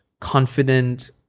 confident